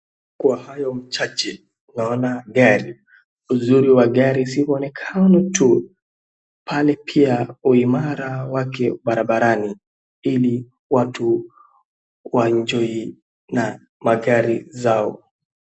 Kwa hayo machache, naona gari. Uzuri wa gari si muonekano tu bali pia uimara wake barabarani ili watu waenjoi na magari zao.